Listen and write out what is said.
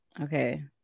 okay